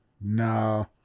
No